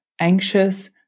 anxious